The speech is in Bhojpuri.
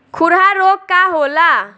खुरहा रोग का होला?